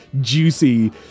juicy